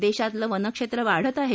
देशातलं वनक्षेत्र वाढत आहे